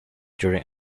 during